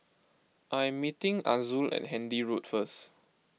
I am meeting Azul at Handy Road first